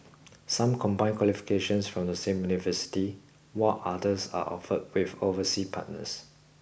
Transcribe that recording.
some combine qualifications from the same university while others are offered with overseas partners